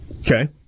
Okay